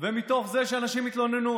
ומתוך זה שאנשים התלוננו.